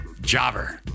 Jobber